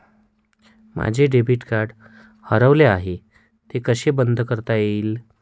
माझे debit card हरवले आहे ते कसे बंद करता येईल?